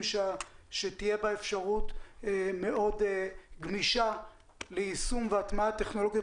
שתהיה בה אפשרות מאוד גמישה ליישום והטמעת טכנולוגיות